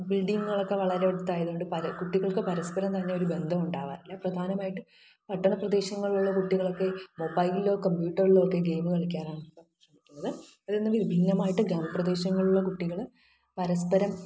ബിൽഡിങ്ങുകളൊക്കെ വളരെ വലുതായതുകൊണ്ട് പര കുട്ടികൾക്ക് പരസ്പരം തന്നെ ഒരു ബന്ധം ഉണ്ടാകാറില്ല പ്രധാനമായിട്ടും പട്ടണപ്രദേശങ്ങളിലുള്ള കുട്ടികൾക്ക് മൊബൈലിലോ കമ്പ്യൂട്ടറിലൊക്കെ ഒക്കെ ഗെയിം കളിക്കാറാണ് ശ്രമിക്കുന്നത് അതിൽ നിന്ന് വിഭിന്നമായിട്ട് ഗ്രാമപ്രദേശങ്ങളിലെ കുട്ടികൾ പരസ്പരം